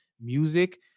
music